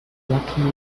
lucky